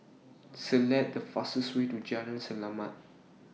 Select The fastest Way to Jalan Selamat